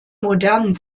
modernen